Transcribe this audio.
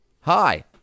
Hi